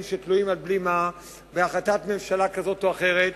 שתלויים על בלימה בהחלטת ממשלה כזאת או אחרת,